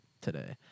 today